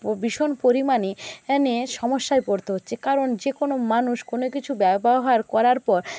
ভীষণ পরিমাণে সমস্যায় পড়তে হচ্ছে কারণ যে কোনো মানুষ কোনো কিছু ব্যবহার করার পর সে